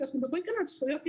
אנחנו מדברים כאן על זכויות יסוד.